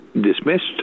dismissed